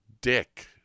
dick